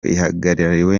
ihagarariwe